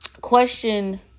question